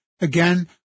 again